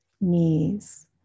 knees